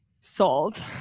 sold